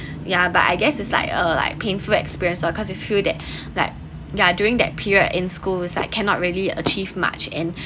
ya but I guess it's like uh like painful experience of course you feel that like yeah during that period in schools I cannot really achieve much in